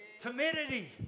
timidity